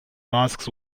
masks